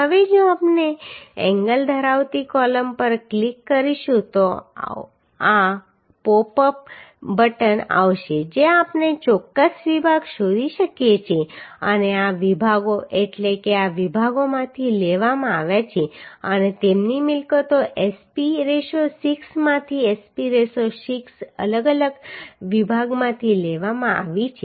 હવે જો આપણે એંગલ ધરાવતી કોલમ પર ક્લિક કરીશું તો આ પોપઅપ બટન આવશે જ્યાં આપણે ચોક્કસ વિભાગ શોધી શકીએ છીએ અને આ વિભાગો એટલે કે આ વિભાગોમાંથી લેવામાં આવ્યા છે અને તેમની મિલકતો SP 6 માંથી SP 6 અલગ વિભાગમાંથી લેવામાં આવી છે